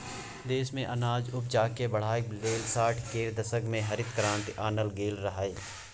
देश मे अनाज उपजाकेँ बढ़ाबै लेल साठि केर दशक मे हरित क्रांति आनल गेल रहय